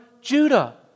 Judah